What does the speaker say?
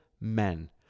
men